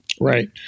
Right